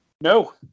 No